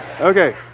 okay